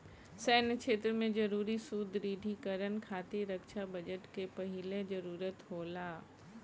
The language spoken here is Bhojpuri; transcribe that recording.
सैन्य क्षेत्र में जरूरी सुदृढ़ीकरन खातिर रक्षा बजट के पहिले जरूरत होला